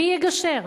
מי יגשר?